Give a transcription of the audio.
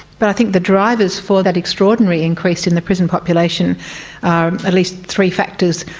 but i think the drivers for that extraordinary increase in the prison population are at least three factors.